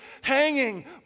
hanging